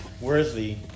worthy